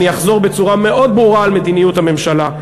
אני אחזור בצורה מאוד ברורה על מדיניות הממשלה.